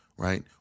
Right